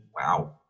Wow